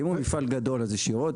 אם הוא מפעל גדול אז ישירות,